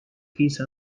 peace